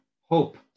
hope